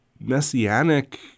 messianic